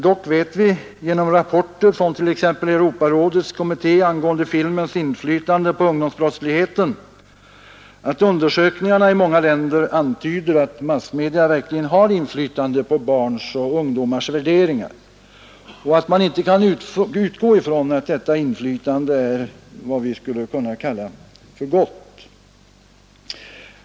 Dock vet vi genom rapporter från t.ex. Europarådets kommitté angående filmens inflytande på ungdomsbrottsligheten att ungdomsundersökningarna i många länder antyder att massmedia verkligen har inflytande på barns och ungdomars värderingar och att man inte kan utgå från att detta inflytande är vad vi skulle kunna kalla gott.